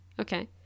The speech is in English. Okay